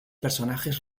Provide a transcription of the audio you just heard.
personajes